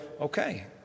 Okay